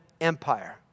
Empire